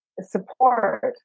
support